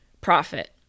profit